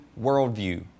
worldview